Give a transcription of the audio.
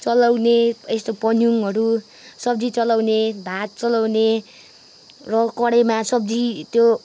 चलाउने यस्तो पन्युहरू सब्जी चलाउने भात चलाउने र कराहीमा सब्जी त्यो